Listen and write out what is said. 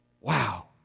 wow